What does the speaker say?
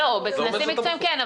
בכנסים מקצועיים כן,